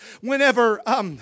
Whenever